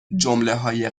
جملههای